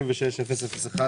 36001